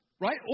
Right